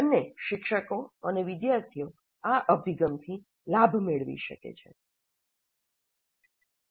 બંને શિક્ષકો અને વિદ્યાર્થીઓ આ અભિગમથી લાભ મેળવી શકે છે